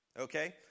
Okay